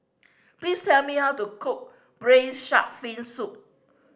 please tell me how to cook Braised Shark Fin Soup